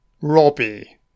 Robbie